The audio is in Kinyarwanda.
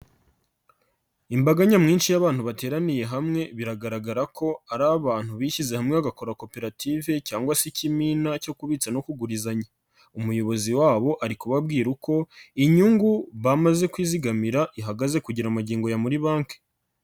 Imbaga nyamwinshi y'abantu bateraniye hamwe biragaragara ko ari abantu bishyize hamwe bagakora koperative cyangwa se ikimina cyo kubitsa no kugurizanya, umuyobozi wabo ari kubabwira uko inyungu bamaze kwizigamira ihagaze kugera magingo aya muri banki.